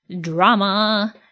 drama